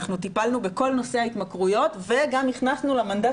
אנחנו טיפלנו בכל נושא ההתמכרויות וגם הכנסנו למנדט